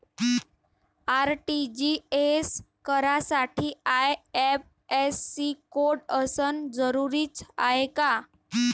RTGS करासाठी IFSC code असनं जरुरीच हाय का?